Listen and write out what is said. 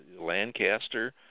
Lancaster